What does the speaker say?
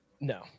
No